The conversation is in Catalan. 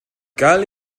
cal